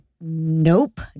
Nope